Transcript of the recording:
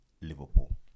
liverpool